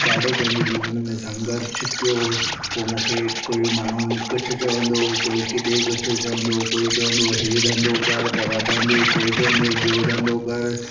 ॾाढो पंहिंजे जीवन में संघर्ष कयो पोइ मूंखे कोई माण्हू कोई कुझु चवंदो हुऊ कोई केॾे कुझु चवंदो हुओ कोई चवंदो हुओ इहो धंधो कर त वधंदें कोई चवंदो हुओ ॿियो धंधो कर